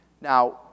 Now